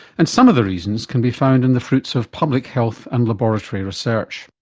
and some of the reasons can be found in the fruits of public health and laboratory research.